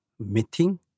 meeting